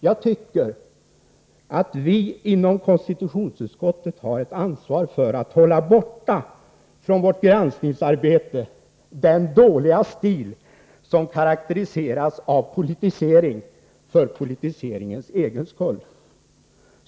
Jag tycker att vi inom konstitutionsutskottet har ett ansvar för att hålla borta från vårt granskningsarbete den dåliga stil som karakteriseras av politisering för politiseringens egen skull.